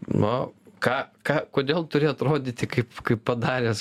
na ką ką kodėl turi atrodyti kaip padaręs